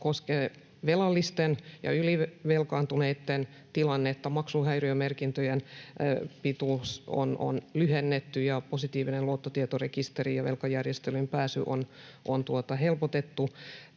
koskevat velallisten ja ylivelkaantuneitten tilannetta. Maksuhäiriömerkintöjen pituutta on lyhennetty, positiivinen luottotietorekisteri on perustettu ja velkajärjestelyyn pääsyä on helpotettu.